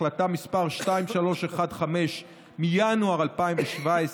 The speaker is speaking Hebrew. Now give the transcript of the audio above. החלטה מס' 2315 מינואר 2017,